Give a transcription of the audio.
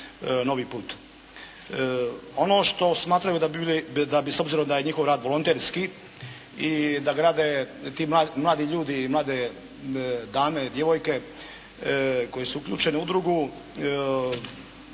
Novi put. Ono što smatraju da bi s obzirom da je njihov rad volonterski i da grade ti mladi ljudi, mlade dame, djevojke koje su uključene u udrugu